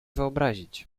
wyobrazić